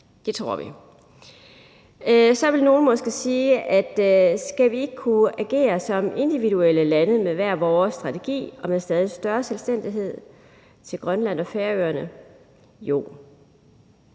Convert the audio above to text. Det tror vi. Så vil nogle måske sige: Skal vi ikke kunne agere som individuelle lande med hver vores strategi og med stadig større selvstændighed til Grønland og Færøerne? Jo.